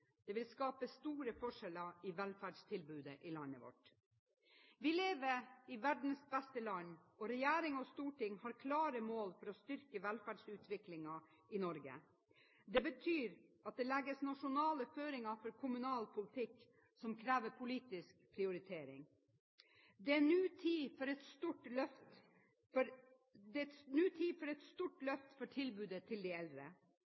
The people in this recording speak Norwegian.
Det vil skape store forskjeller i velferdstilbudet i landet vårt. Vi lever i verdens beste land, og regjering og storting har klare mål for å styrke velferdsutviklingen i Norge. Det betyr at det legges nasjonale føringer for kommunal politikk, som krever politisk prioritering. Det er nå tid for et stort løft for tilbudet til de eldre.